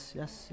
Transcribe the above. yes